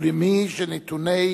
ולמי שנתוני